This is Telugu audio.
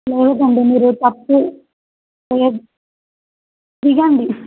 లేవకండి మీరు ఇది తప్పు ఇదాండి